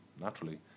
naturally